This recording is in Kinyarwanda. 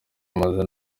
amazina